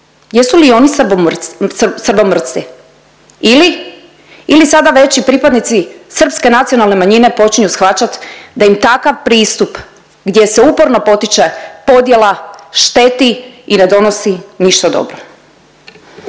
Jesu li i oni srbomrsci ili, ili sada već i pripadnici srpske nacionalne manjine počinju shvaćat da im takav pristup gdje se uporno potiče podjela šteti i ne donosi ništa dobro.